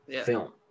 film